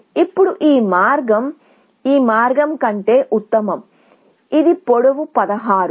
ఇప్పుడు ఈ మార్గం కంటే ఈ మార్గం ఉత్తమం ఇది పొడవు 16